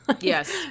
Yes